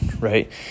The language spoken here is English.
right